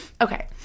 Okay